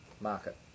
market